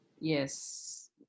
yes